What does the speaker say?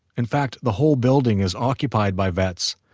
in fact, the whole building is occupied by vets.